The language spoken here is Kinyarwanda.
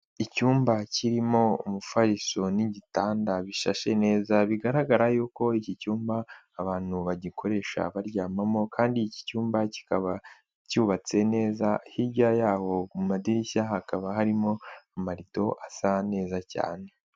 Icyumba kirimo umufariso n'igitanda bishashe neza bigaragara yuko iki cyumba abantu bagikoresha baryamamo kandi iki cyumba kikaba cyubatse neza, hirya y'aho mu madirishya hakaba harimo amarido asa neza cyane.